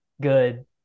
good